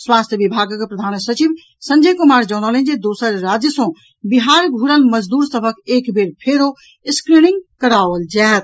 स्वास्थ्य विभागक प्रधान सचिव संजय कुमार जनौलनि जे दोसर राज्य सँ बिहार घुरल मजदूर सभक एक बेर फेरो स्क्रीनिंग कराओल जायत